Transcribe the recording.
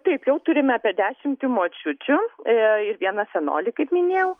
taip jau turime apie dešimtį močiučių ir vieną senolį kaip minėjau